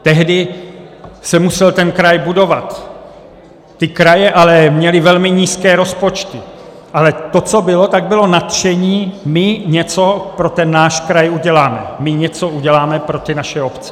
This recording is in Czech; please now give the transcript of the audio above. Tehdy se musel ten kraj budovat, ty kraje měly ale velmi nízké rozpočty, ale to, co bylo, bylo nadšení my něco pro ten náš kraj uděláme, my něco uděláme pro ty naše obce.